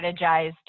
strategized